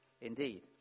Indeed